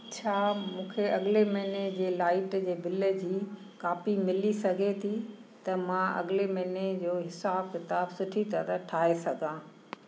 छा मूंखे अॻिले महीने जे लाइट जे बिल जी कापी मिली सघे थी त मां अॻिले महीने जो हिसाबु किताबु सुठी तरह ठाहे सघां